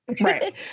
right